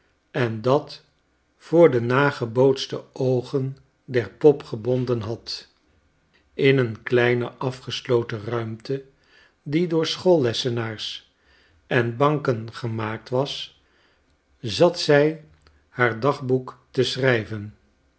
en dat voor de nagebootste oogen der pop gebonden had in een kleine afgesloten ruimte die door schoollessenaars en banken gemaakt was zat zij haar dagboek te schrijven